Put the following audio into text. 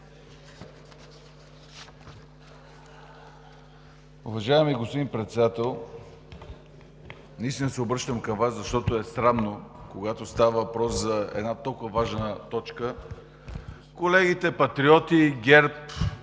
Уважаеми господин Председател, наистина се обръщам към Вас, защото е срамно, когато става въпрос за една толкова важна точка, колегите Патриоти, ГЕРБ,